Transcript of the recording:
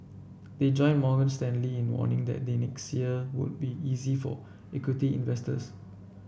they join Morgan Stanley in warning that the next year would be easy for equity investors